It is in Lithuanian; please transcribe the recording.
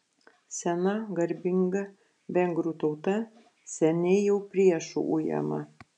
sena garbinga vengrų tauta seniai jau priešų ujama